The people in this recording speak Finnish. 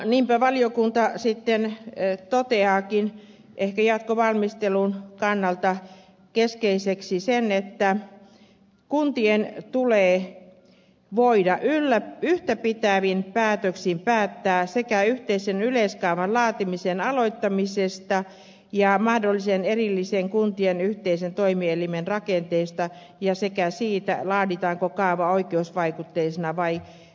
niinpä valiokunta sitten toteaakin ehkä jatkovalmistelun kannalta keskeiseksi sen että kuntien tulee voida yhtäpitävin päätöksin päättää sekä yhteisen yleiskaavatyön laatimisen aloittamisesta että mahdollisen erillisen kuntien yhteisen toimielimen rakenteesta sekä siitä laaditaanko kaava oikeusvaikutteisena vai oikeusvaikutuksettomana